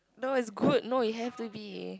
no is good not it have to be